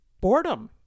boredom